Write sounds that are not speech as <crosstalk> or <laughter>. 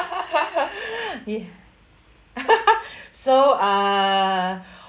ya <laughs> so uh